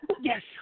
Yes